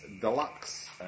deluxe